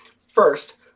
First